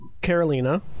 Carolina